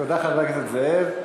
תודה, חבר הכנסת זאב.